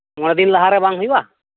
ᱢᱚᱲᱮ ᱫᱤᱱ ᱞᱟᱦᱟᱨᱮ ᱵᱟᱝ ᱦᱩᱭᱩᱜ ᱟ